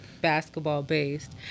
basketball-based